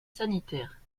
sanitaires